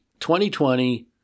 2020